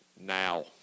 now